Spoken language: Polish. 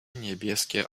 niebieskie